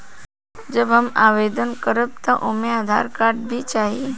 जब हम आवेदन करब त ओमे आधार कार्ड भी चाही?